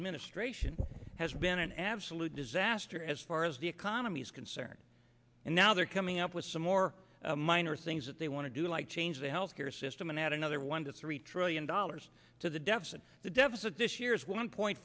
administration has been an absolute disaster as far as the economy is concerned and now they're coming up with some more minor things that they want to do like change the health care system and add another one to three trillion dollars to the deficit the deficit this year is one point